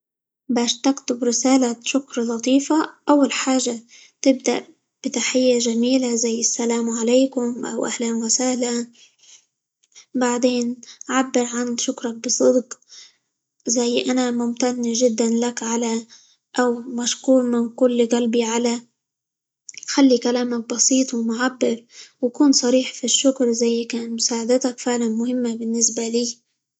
باش تكتب رسالة شكر لطيفة، أول حاجة تبدأ بتحية جميلة زي السلام عليكم، أو أهلًا وسهلًا، بعدين عبر عن شكرك بصدق زي أنا ممتن جدًا لك على......، أو مشكور من كل قلبي على.....، خلي كلامك بسيط، ومعبر، وكن صريح في الشكر زي كان مساعدتك فعلًا مهمة بالنسبة لي.